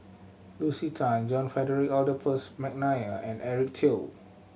Lucy Tan John Frederick Adolphus McNair and Eric Teo